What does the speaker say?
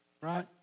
right